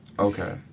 okay